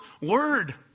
word